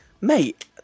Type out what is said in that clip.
Mate